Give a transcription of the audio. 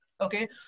okay